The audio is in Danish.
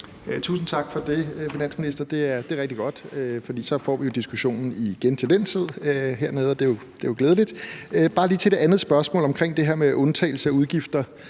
Tusind tak for det, finansminister. Det er rigtig godt, for så får vi til den tid igen diskussionen hernede, og det er jo glædeligt. Bare lige til det andet spørgsmål omkring det her med undtagelse af udgifter